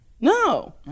no